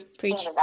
preach